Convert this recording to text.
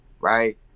right